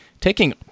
taking